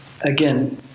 Again